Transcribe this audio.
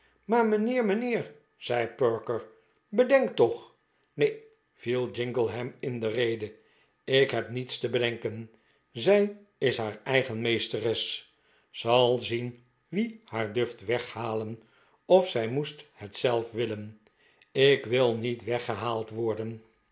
maar mijnheer mijnheer zei perker bedenk toch neen viel jingle hem in de rede ik heb niets te bedenken zij is haar eigen meesteres zal zien wie haar durft weghalen of zij moest het zelf willen ik wi niet weggehaald wordenf